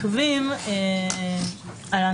וממצה מהממשלה.